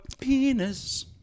penis